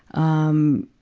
um,